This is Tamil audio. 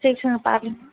சரி சரி பாருங்க